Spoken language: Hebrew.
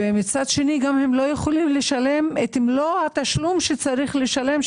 מצד שני גם הם לא יכולים לשלם את מלוא התשלום שצריך לשלם,